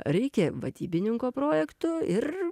reikia vadybininko projektų ir